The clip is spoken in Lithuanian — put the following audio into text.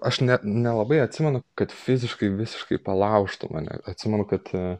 aš ne nelabai atsimenu kad fiziškai visiškai palaužtų mane atsimenu kad